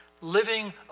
living